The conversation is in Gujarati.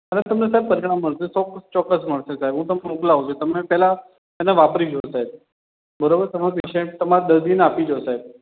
અને તમને સાહેબ પરિણામ મળશે સાહેબ ચોક્કસ ચોક્કસ મળશે સાહેબ હું તમને મોકલાવું છું તમે પહેલાં પહેલાં વાપરી જુઓ સાહેબ બરાબર તમારાં પેશન્ટ તમારા દર્દીને આપી જુઓ સાહેબ